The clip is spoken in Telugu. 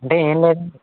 అంటే ఏం లేదండి